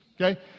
okay